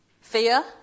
fear